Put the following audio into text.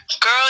girl